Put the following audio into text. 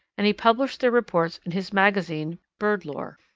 and he published their reports in his magazine bird-lore.